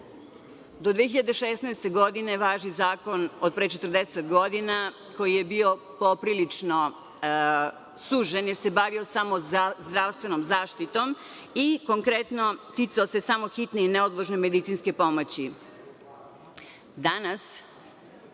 do 2016. godine je važio zakon od pre 40 godina, koji je bio poprilično sužen, jer se bavio samo zdravstvenom zaštitom i konkretno ticao se samo hitne i neodložne medicinske pomoći. Danas